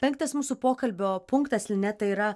penktas mūsų pokalbio punktas lineta yra